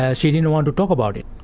ah she didn't want to talk about it.